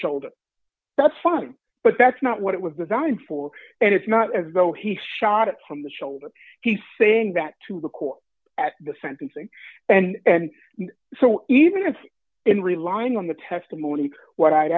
shoulder that's fine but that's not what it was designed for and it's not as though he shot it from the shoulder he's saying that to the court at the sending and so even if in relying on the testimony what i